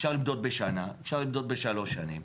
אפשר למדוד בשנה, אפשר למדוד בשלוש שנים.